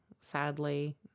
sadly